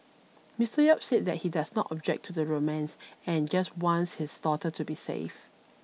Mister Yap said that he does not object to the romance and just wants his daughter to be safe